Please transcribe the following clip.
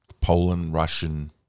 Poland-Russian